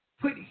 put